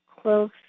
close